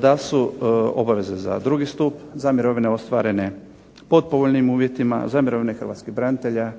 da su obaveze za drugi stup za mirovine ostvarene pod povoljnim uvjetima, za mirovine hrvatskih branitelja